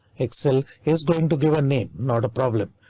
excel is going to give a name, not a problem,